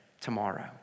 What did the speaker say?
tomorrow